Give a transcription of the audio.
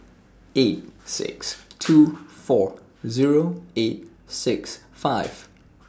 eight six two four Zero eight six five